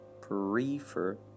prefer